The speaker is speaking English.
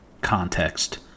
context